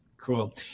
Cool